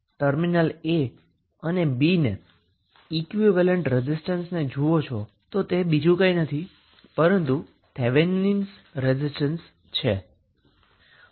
આમ તમે જ્યારે ટર્મિનલ a અને b મા જોવો છો ઈક્વીવેલેન્ટ રેઝિસ્ટન્સ જે તમે અહીંથી જોવો છો તે બીજું કંઈ નથી પરંતુ થેવેનિન રેઝિસ્ટન્સ છે